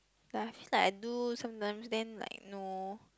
like actually I do sometimes then like no